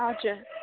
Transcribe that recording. हजुर